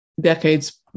decades